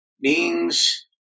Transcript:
Beings